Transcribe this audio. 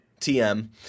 TM